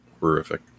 horrific